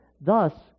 Thus